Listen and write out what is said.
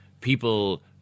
people